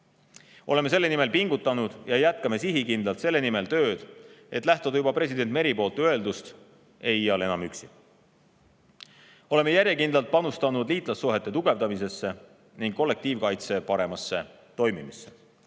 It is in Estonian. Oleme selle nimel pingutanud ja jätkame sihikindlalt selle nimel tööd, et lähtuda juba president Meri öeldust: "Ei iial enam üksi!" Oleme järjekindlalt panustanud liitlassuhete tugevdamisse ning kollektiivkaitse paremasse toimimisse.